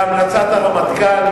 ובהמלצת הרמטכ"ל.